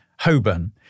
Hoburn